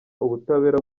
ubutabera